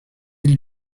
île